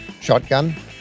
shotgun